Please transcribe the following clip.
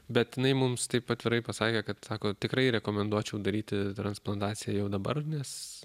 bet jinai mums taip atvirai pasakė kad sako tikrai rekomenduočiau daryti transplantaciją jau dabar nes